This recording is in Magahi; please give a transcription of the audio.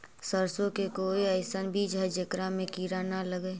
सरसों के कोई एइसन बिज है जेकरा में किड़ा न लगे?